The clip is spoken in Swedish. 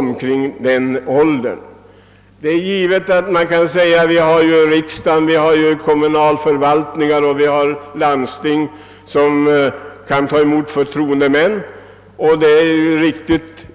Man kan givetvis invända att riksdag, kommunalförvaltningar och landsting t.ex. kan ta emot dem som för troendemän, och det är ju riktigt,